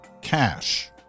cash